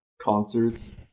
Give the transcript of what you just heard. concerts